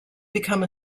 become